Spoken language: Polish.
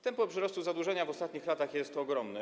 Tempo wzrostu zadłużenia w ostatnich latach jest ogromne.